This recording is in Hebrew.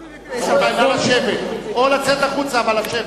רבותי, נא לשבת או לצאת החוצה, אבל לשבת.